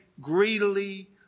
greedily